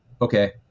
Okay